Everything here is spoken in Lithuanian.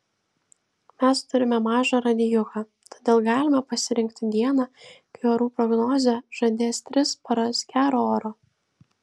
mes turime mažą radijuką todėl galime pasirinkti dieną kai orų prognozė žadės tris paras gero oro